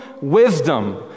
wisdom